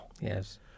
Yes